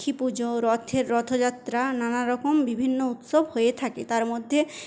লক্ষ্মী পুজো রথের রথযাত্রা নানারকম বিভিন্ন উৎসব হয়ে থাকে তার মধ্যে